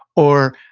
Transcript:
or,